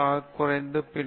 7 ஆக குறைந்தது